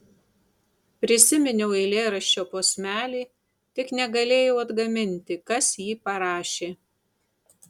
prisiminiau eilėraščio posmelį tik negalėjau atgaminti kas jį parašė